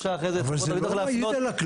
אפשר אחרי זה --- אבל זה לא מעיד על הכלל,